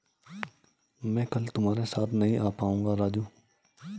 मैं कल तुम्हारे साथ नहीं आ पाऊंगा राजू